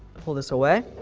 pull this away.